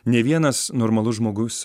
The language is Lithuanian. nė vienas normalus žmogus